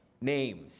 names